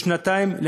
לשנתיים,